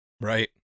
Right